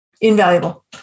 invaluable